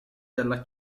della